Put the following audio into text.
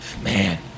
man